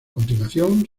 continuación